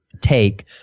take